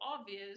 obvious